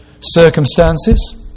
circumstances